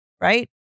Right